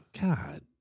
God